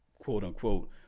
quote-unquote